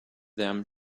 them